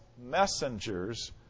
messengers